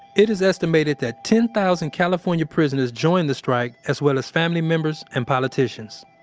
it is estimated that ten thousand california prisoners joined the strike, as well as family members and politicians